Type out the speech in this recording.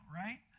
right